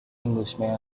englishman